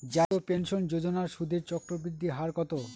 জাতীয় পেনশন যোজনার সুদের চক্রবৃদ্ধি হার কত?